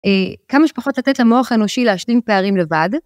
כמה שפחות לתת למוח האנושי להשלים פערים לבד.